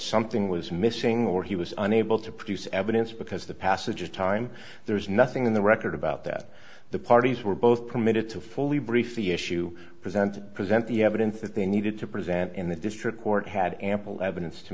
something was missing or he was unable to produce evidence because the passage of time there's nothing in the record about that the parties were both permitted to fully briefed the issue presented present the evidence that they needed to present in the district court had ample evidence to